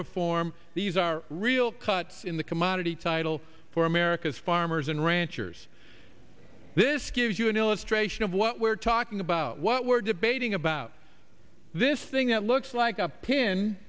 reform these are real cuts in the commodity title for america's farmers and ranchers this gives you an illustration of what we're talking about what we're debating about this thing that looks like